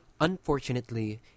unfortunately